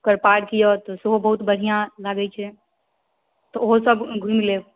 ओकर पार्क यऽ तऽ सेहो बहुत बढ़िआँ लागैत छै तऽ ओहो सभ घुमि लेब